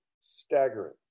staggering